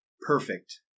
perfect